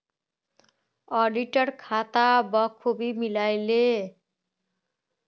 auditor खाता बखूबी मिला ले